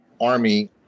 army